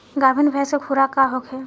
गाभिन भैंस के खुराक का होखे?